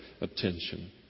attention